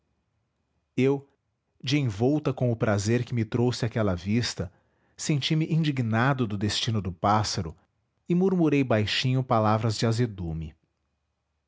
eu de envolta com o prazer que me trouxe aquela vista senti-me indignado do destino do pássaro e murmurei baixinho palavras de azedume